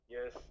Yes